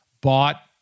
bought